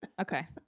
Okay